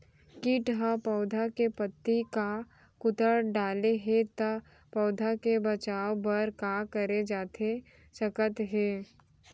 किट ह पौधा के पत्ती का कुतर डाले हे ता पौधा के बचाओ बर का करे जाथे सकत हे?